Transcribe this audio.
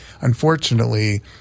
unfortunately